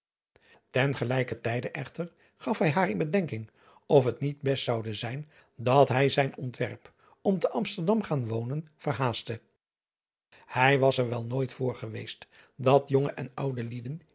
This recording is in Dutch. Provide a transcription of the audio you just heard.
en gelijken tijde echter gaf hij haar in bedenking of het niet best zoude zijn dat hij zijn ontwerp om te msterdam te gaan wonen verhaastte ij was er wel nooit voor geweest dat jonge en oude lieden